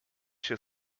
się